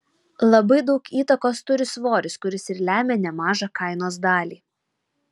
labai daug įtakos turi svoris kuris ir lemia nemažą kainos dalį